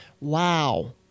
Wow